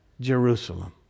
Jerusalem